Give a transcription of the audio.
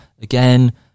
Again